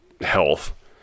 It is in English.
health